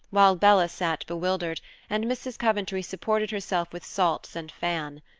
while bella sat bewildered and mrs. coventry supported herself with salts and fan.